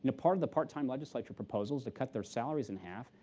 and part of the part-time legislature proposal is to cut their salaries in half.